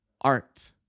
art